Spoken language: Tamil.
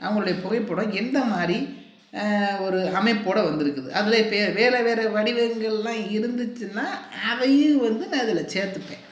அவங்களுடைய புகைப்படம் எந்தமாதிரி ஒரு அமைப்போடு வந்துருக்குது அதில் இப்போது வேறு வேறு வடிவங்கள்ளாக இருந்துச்சுன்னா அதையும் வந்து நான் இதில் சேர்த்துப்பேன்